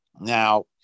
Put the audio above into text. Now